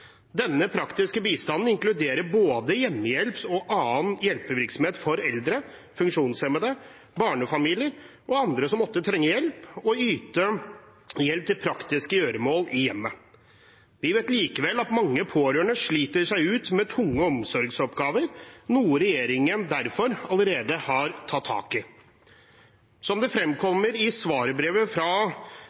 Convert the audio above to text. Denne praktiske bistanden inkluderer både hjemmehjelp og annen hjelpevirksomhet for eldre, funksjonshemmede, barnefamilier og andre som måtte trenge hjelp, og yter hjelp til praktiske gjøremål i hjemmet. Vi vet likevel at mange pårørende sliter seg ut med tunge omsorgsoppgaver, noe regjeringen derfor allerede har tatt tak i. Som det fremkommer i svarbrevet fra